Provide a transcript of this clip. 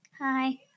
Hi